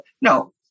no